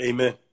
Amen